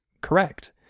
correct